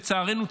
לצערנו,